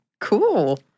Cool